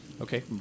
Okay